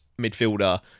midfielder